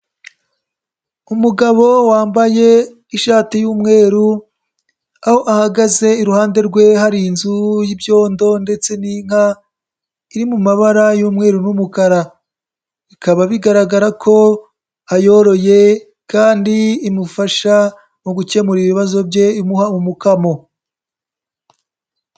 Umugabo wambaye ishati y'umweru aho ahagaze iruhande rwe hari inzu y'ibyondo ndetse n'inka, iri mu mabara y'umweru n'umukara, bikaba bigaragara ko ayoroye kandi imufasha mu gukemura ibibazo bye imuha umukamo.